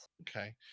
okay